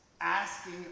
asking